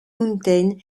mountain